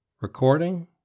Recording